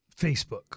Facebook